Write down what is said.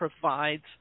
provides